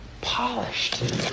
polished